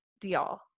deal